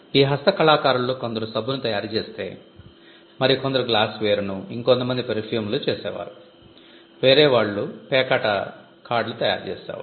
ఈ హస్తకళాకారులలో కొందరు సబ్బును తయారుచేస్తే మరి కొందరు గ్లాస్వేర్ ను ఇంకొంత మంది పెర్ఫ్యూమ్లు చేసే వారు వేరే వాళ్ళు కార్డులు తయారు చేసేవారు